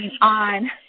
on